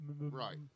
Right